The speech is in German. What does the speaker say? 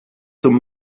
zum